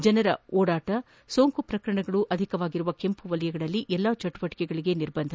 ಜನರ ಓಡಾಟ ಸೋಂಕು ಪ್ರಕರಣಗಳು ಅಧಿಕವಾಗಿರುವ ಕೆಂಪು ವಲಯಗಳಲ್ಲಿ ಎಲ್ಲಾ ಚಟುವಟಕೆಗೆ ನಿರ್ಬಂಧ